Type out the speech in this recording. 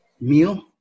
meal